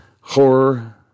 horror